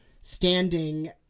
standing